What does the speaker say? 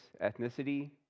ethnicity